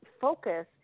focus